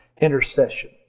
Intercession